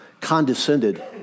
condescended